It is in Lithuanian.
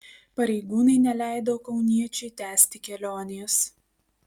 pareigūnai neleido kauniečiui tęsti kelionės